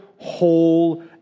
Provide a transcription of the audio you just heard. whole